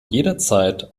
jederzeit